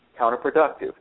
counterproductive